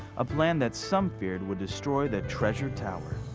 a plan that some feared would destroy the treasured tower.